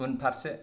उनफारसे